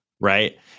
Right